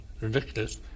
ridiculous